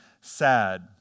sad